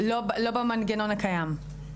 לא במנגנון הקיים.